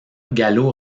gallo